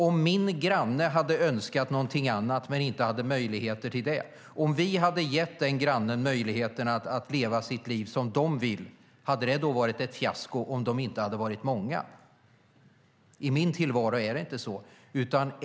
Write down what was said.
Om mina grannar hade önskat någonting annat men inte haft möjlighet till det och om vi hade gett de grannarna möjligheten att leva sina liv som de ville, hade det då varit ett fiasko om de inte hade varit många? I min tillvaro är det inte så.